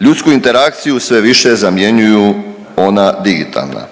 Ljudsku interakciju sve više zamjenjuju ona digitalna.